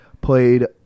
played